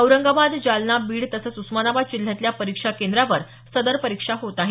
औरंगाबाद जालना बीड तसंच उस्मानाबाद जिल्ह्यातल्या परीक्षा केंद्रावर सदर परीक्षा होत आहेत